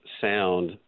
sound